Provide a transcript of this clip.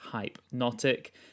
Hypnotic